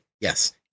yes